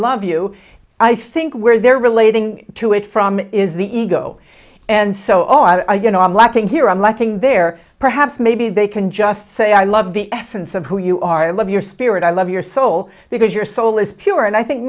love you i think where they're relating to it from is the ego and so i you know i'm lacking here i'm letting there perhaps maybe they can just say i love the essence of who you are i love your spirit i love your soul because your soul is pure and i think